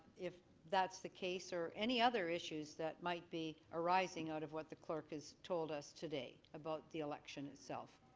if it's the case or any other issues that might be arising out of what the clerk has told us today about the election itself.